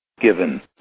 given